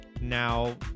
now